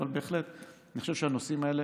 אבל אני חושב שהנושאים האלה